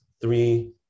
three